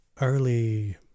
early